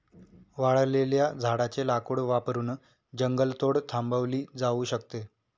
वाळलेल्या झाडाचे लाकूड वापरून जंगलतोड थांबवली जाऊ शकते